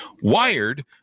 Wired